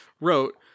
wrote